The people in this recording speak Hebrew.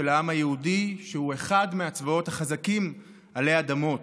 היא היוותה הכרה בזכות של העם היהודי להגדרה עצמית